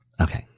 Okay